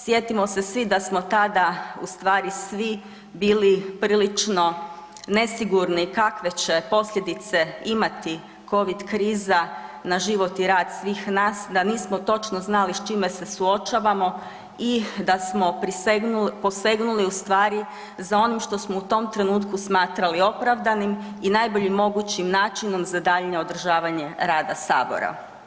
Sjetimo se svi da smo tada u stvari svi bili prilično nesigurno kakve će posljedice imati covid kriza na život i rad svih nas, da nismo točno znali s čime se suočavamo i da smo posegnuli u stvari za onim što smo u tom trenutku smatrali opravdanim i najboljim mogućim načinom za daljnje održavanje rada sabora.